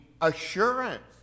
assurance